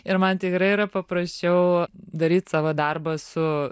ir man tikrai yra paprasčiau daryt savo darbą su